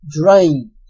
drained